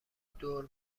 دور